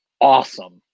awesome